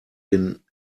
den